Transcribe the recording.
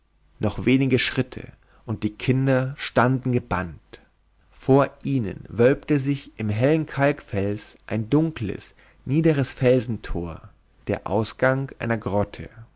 noch wenige schritte und die kinder standen gebannt vor ihnen wölbte sich im hellen kalkfels ein dunkles niederes felsentor der ausgang einer grotte